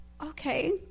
okay